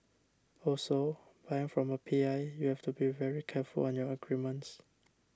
also buying from a P I you have to be very careful on your agreements